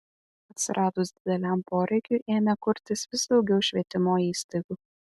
atsiradus dideliam poreikiui ėmė kurtis vis daugiau švietimo įstaigų